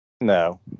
No